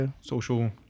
social